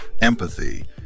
empathy